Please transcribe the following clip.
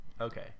okay